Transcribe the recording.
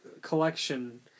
collection